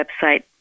website